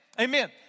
Amen